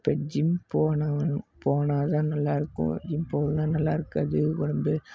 இப்போ ஜிம் போனவன் போனால்தான் நல்லாயிருக்கும் ஜிம் போகலனா நல்லாயிருக்காது உடம்பு